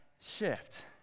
shift